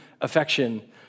affection